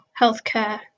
healthcare